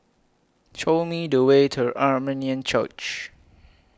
Show Me The Way to Armenian Church